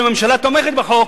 שהממשלה תומכת בחוק,